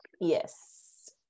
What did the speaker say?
Yes